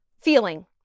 feeling